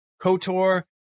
Kotor